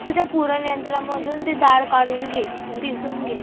तुझ्या पुरणयंत्रामधून ती डाळ काढून घे पिसून घे